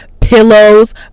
pillows